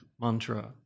mantra